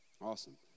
Awesome